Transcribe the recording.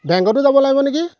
বেংকতো যাব লাগিব নেকি